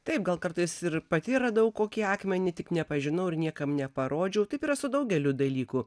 taip gal kartais ir pati radau kokį akmenį tik nepažinau ir niekam neparodžiau taip yra su daugeliu dalykų